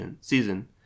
season